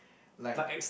like